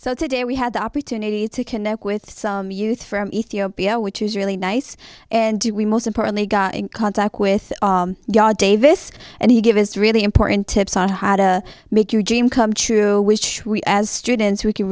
so today we had the opportunity to connect with some youth from ethiopia which is really nice and do we most importantly got in contact with god davis and he gave us really important tips on how to make your dream come true which we as students who can